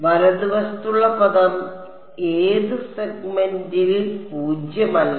വലതുവശത്തുള്ള പദം എത് സെഗ്മെന്റിൽ പൂജ്യമല്ല